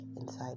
inside